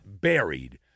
buried